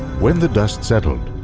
when the dust settled,